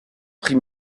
prix